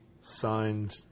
signed